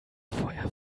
feuer